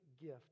gift